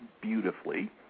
beautifully